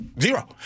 Zero